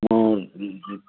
म